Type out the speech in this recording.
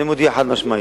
אני מודיע חד-משמעית: